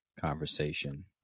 conversation